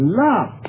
love